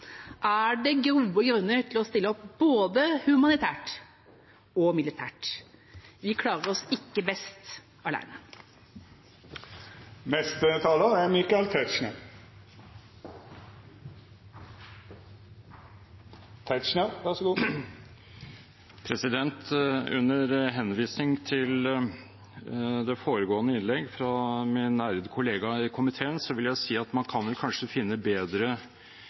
er det gode grunner til å stille opp både humanitært og militært. Vi klarer oss ikke best alene. Under henvisning til det foregående innlegg, fra min ærede kollega i komiteen, vil jeg si at man kan vel kanskje finne bedre